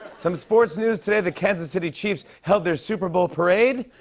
some sports news today. the kansas city chiefs held their super bowl parade.